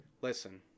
listen